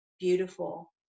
beautiful